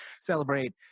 celebrate